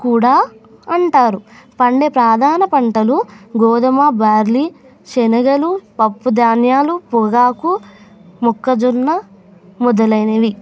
కూడా అంటారు పండే ప్రధాన పంటలు గోధుమ బార్లీ శనగలు పప్పు ధాన్యాలు పొగాకు మొక్కజొన్న మొదలైనవి